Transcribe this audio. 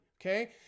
Okay